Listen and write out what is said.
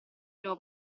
primo